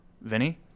Vinny